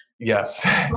Yes